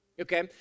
Okay